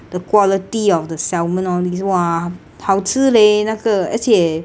the quality of the salmon all this !wah! 好吃 leh 那个而且